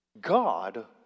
God